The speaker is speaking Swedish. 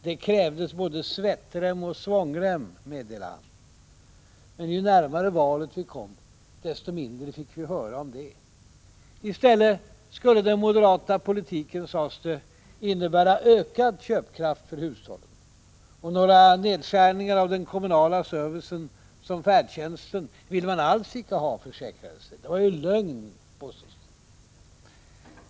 Det krävdes ”både svettrem och svångrem”, meddelade han. Men ju närmare valet vi kom, desto mindre fick vi höra av det. I stället skulle den moderata politiken, sades det, innebära ökad köpkraft för hushållen, och några nedskärningar av den kommunala servicen — som färdtjänsten — ville man alls icke ha, försäkrades det. Allt det talet var ju lögn, påstod man.